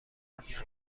آرد